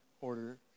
order